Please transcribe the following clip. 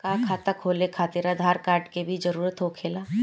का खाता खोले खातिर आधार कार्ड के भी जरूरत होखेला?